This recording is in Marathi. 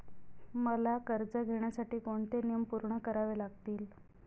मला कर्ज घेण्यासाठी कोणते नियम पूर्ण करावे लागतील?